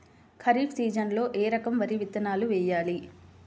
ఖరీఫ్ సీజన్లో ఏ రకం వరి విత్తనాలు వేయాలి?